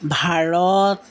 Bharat